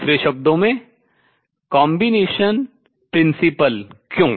दूसरे शब्दों में combination principle संयोजन सिद्धांत क्यों